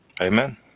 Amen